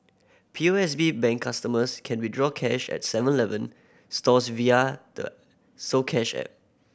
P O S B Bank customers can withdraw cash at Seven Eleven stores via the soCash app